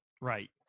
Right